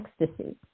ecstasy